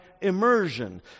immersion